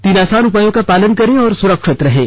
तीन आसान उपायों का पालन करें और सुरक्षित रहें